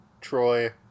Troy